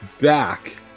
Back